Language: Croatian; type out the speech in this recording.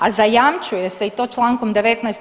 A zajamčuje se i to člankom 19.